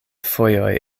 fojoj